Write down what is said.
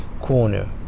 corner